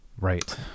Right